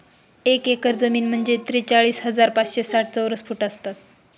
एक एकर जमीन म्हणजे त्रेचाळीस हजार पाचशे साठ चौरस फूट असतात